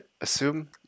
assume